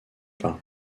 pas